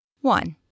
One